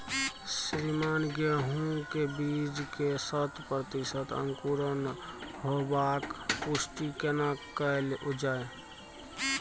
श्रीमान गेहूं के बीज के शत प्रतिसत अंकुरण होबाक पुष्टि केना कैल जाय?